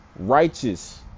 righteous